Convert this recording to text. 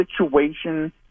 situation